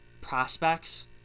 prospects